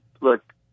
look